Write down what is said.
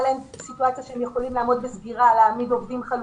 סיטואציה שהם יכולים לעמוד בסגירה ולהעמיד עובדים חלופיים.